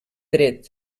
dret